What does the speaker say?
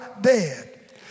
dead